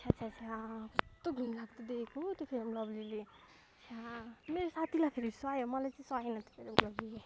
छ्या छ्या छ्या कस्तो घिनलाग्दो देखेको हौ त्यो फेयर एन्ड लभलीले छ्या मेरो साथीलाई फेरि सुहायो मलाई चाहिँ सुहाएन त्यो फेयर एन्ड लभलीले